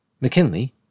McKinley